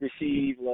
receive